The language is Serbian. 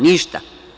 Ništa.